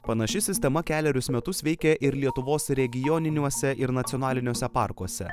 panaši sistema kelerius metus veikė ir lietuvos regioniniuose ir nacionaliniuose parkuose